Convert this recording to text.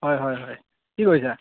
হয় হয় হয় কি কৰিছা